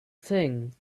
thing